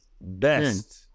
best